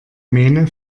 mähne